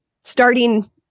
starting